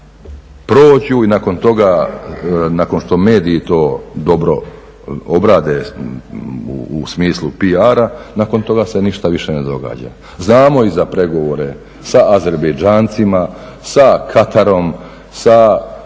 prođu i nakon toga, nakon što mediji to dobro obrade u smislu PR-a, nakon toga se ništa više ne događa. Znamo i za pregovore sa Azerbejdžancima, sa Katarom, sa